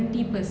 mm